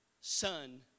son